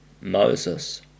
Moses